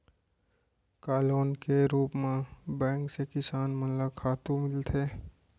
का लोन के रूप मा बैंक से किसान मन ला खातू मिलथे?